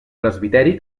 presbiteri